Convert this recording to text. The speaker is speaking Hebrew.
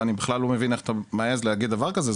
ואני בכלל לא מבין איך אתה מעז להגיד דבר כזה,